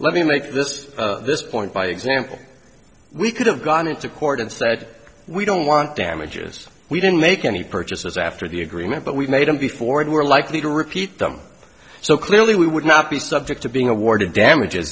let me make this this point by example we could have gone into court and said we don't want damages we didn't make any purchases after the agreement but we've made them before and we're likely to repeat them so clearly we would not be subject to being awarded damage